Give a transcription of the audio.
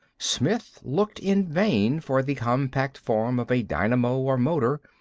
smith looked in vain for the compact form of a dynamo or motor,